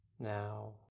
Now